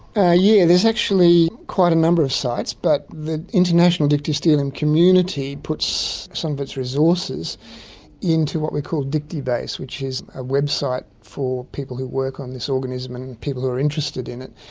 ah yeah there's actually quite a number of sites, but the international dictyostelium community puts some of its resources into what we call dictybase which is a website for people who work on this organism and and people who are interested in it,